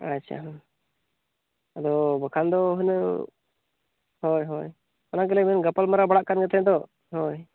ᱟᱪᱪᱷᱟ ᱦᱮᱸ ᱟᱫᱚ ᱵᱟᱠᱷᱟᱱ ᱫᱚ ᱦᱩᱱᱟᱹᱝ ᱦᱳᱭ ᱦᱳᱭ ᱚᱱᱟ ᱜᱮᱞᱮ ᱜᱟᱯᱟᱞ ᱢᱟᱨᱟᱣ ᱵᱟᱲᱟᱜ ᱠᱟᱱ ᱛᱟᱦᱮᱫ ᱫᱚ ᱦᱳᱭ